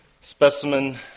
specimen